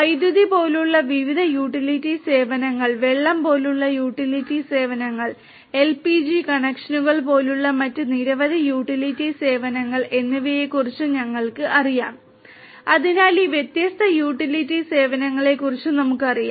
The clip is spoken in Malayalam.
വൈദ്യുതി പോലുള്ള വിവിധ യൂട്ടിലിറ്റി സേവനങ്ങൾ വെള്ളം പോലുള്ള യൂട്ടിലിറ്റി സേവനങ്ങൾ എൽപിജി കണക്ഷനുകൾ പോലുള്ള മറ്റ് നിരവധി യൂട്ടിലിറ്റി സേവനങ്ങൾ എന്നിവയെക്കുറിച്ച് ഞങ്ങൾക്ക് അറിയാം അതിനാൽ ഈ വ്യത്യസ്ത യൂട്ടിലിറ്റി സേവനങ്ങളെക്കുറിച്ച് നമുക്കറിയാം